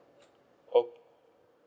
oh